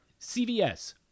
CVS